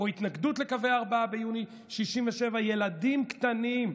או התנגדות לקווי 4 ביוני 67'. ילדים קטנים,